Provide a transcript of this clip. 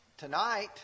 Tonight